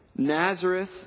Nazareth